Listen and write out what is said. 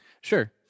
Sure